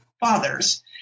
fathers